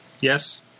yes